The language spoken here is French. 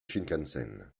shinkansen